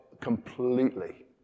completely